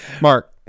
Mark